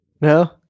No